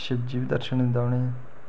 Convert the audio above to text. शिवजी बी दर्शन दिंदा उ'नेंगी